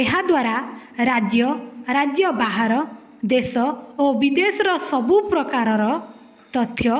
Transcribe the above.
ଏହା ଦ୍ୱାରା ରାଜ୍ୟ ରାଜ୍ୟ ବାହାର ଦେଶ ଓ ବିଦେଶର ସବୁ ପ୍ରକାରର ତଥ୍ୟ